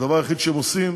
הדבר היחיד שהם עושים